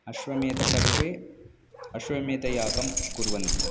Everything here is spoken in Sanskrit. अश्वमेधपर्वे अश्वमेधयागं कुर्वन्ति